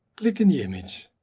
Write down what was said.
click in the image.